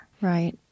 right